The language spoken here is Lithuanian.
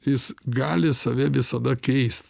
jis gali save visada keis